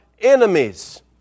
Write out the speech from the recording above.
enemies